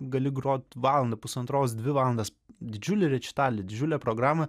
gali grot valandą pusantros dvi valandas didžiulį rečitalį didžiulę programą